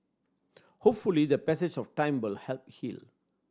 hopefully the passage of time will help heal